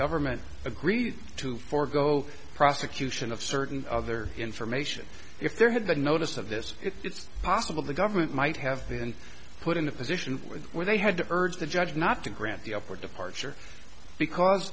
government agreed to forego prosecution of certain other information if there had been notice of this it's possible the government might have been put in a position with where they had to urge the judge not to grant the upper departure because